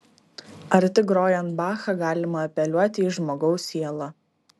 ar tik grojant bachą galima apeliuoti į žmogaus sielą